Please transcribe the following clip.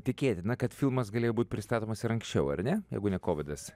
tikėtina kad filmas galėjo būt pristatomas ir anksčiau ar ne jeigu ne kovidas